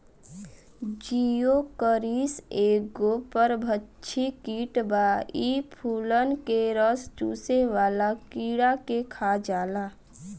Geocoris एगो परभक्षी कीट बा इ फूलन के रस चुसेवाला कीड़ा के खा जाला